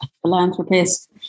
philanthropist